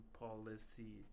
policy